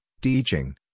teaching